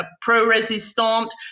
pro-resistant